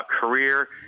career